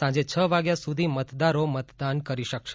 સાંજે છ વાગ્યા સુધી મતદારો મતદાન કરી શકશે